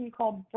called